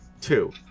Two